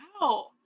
Wow